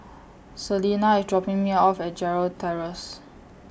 Celena IS dropping Me off At Gerald Terrace